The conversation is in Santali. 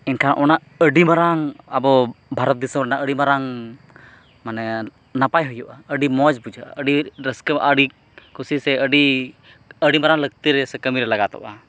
ᱮᱱᱠᱷᱟᱱ ᱚᱱᱟ ᱟᱹᱰᱤ ᱢᱟᱨᱟᱝ ᱟᱵᱚ ᱵᱷᱟᱨᱚᱛ ᱫᱤᱥᱚᱢ ᱨᱮᱱᱟᱜ ᱟᱹᱰᱤ ᱢᱟᱨᱟᱝ ᱢᱟᱱᱮ ᱱᱟᱯᱟᱭ ᱦᱩᱭᱩᱜᱼᱟ ᱟᱹᱰᱤ ᱢᱚᱡᱽ ᱵᱩᱡᱷᱟᱹᱜᱼᱟ ᱟᱹᱰᱤ ᱨᱟᱹᱥᱠᱟᱹ ᱟᱹᱰᱤ ᱠᱩᱥᱤ ᱥᱮ ᱟᱹᱰᱤ ᱟᱹᱰᱤ ᱢᱟᱨᱟᱝ ᱞᱟᱹᱠᱛᱤᱨᱮ ᱥᱮ ᱠᱟᱹᱢᱤᱨᱮ ᱞᱟᱜᱟᱛᱚᱜᱼᱟ